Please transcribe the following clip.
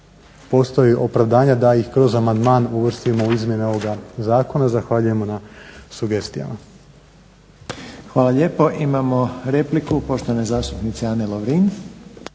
postoji opravdanje da ih kroz amandman uvrstimo u izmjene ovoga zakona. Zahvaljujemo na sugestijama. **Reiner, Željko (HDZ)** Hvala lijepo. Imamo repliku poštovane zastupnice Ane Lovrin.